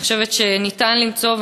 אני חושבת שניתן למצוא,